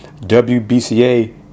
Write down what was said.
WBCA